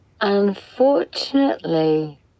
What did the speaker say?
Unfortunately